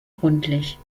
rundlich